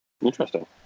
Interesting